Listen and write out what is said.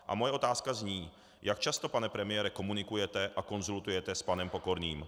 A moje otázka zní: Jak často, pane premiére, komunikujete a konzultujete s panem Pokorným?